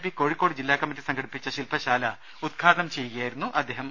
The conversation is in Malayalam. പി കോഴിക്കോട് ജില്ലാകമ്മറ്റി സംഘടിപ്പിച്ച ശിൽപശാല ഉദ്ഘാടനം ചെയ്യുകയായിരുന്നു അദ്ദേഹം